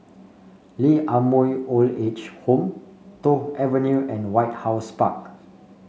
Lee Ah Mooi Old Age Home Toh Avenue and White House Park